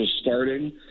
starting